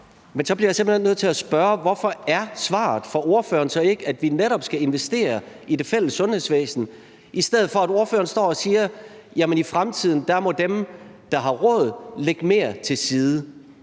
Men så bliver jeg simpelt hen nødt til at spørge: Hvorfor er svaret fra ordføreren så ikke, at vi netop skal investere i det fælles sundhedsvæsen, i stedet for at ordføreren står og siger, at i fremtiden må dem, der har råd, lægge mere til side?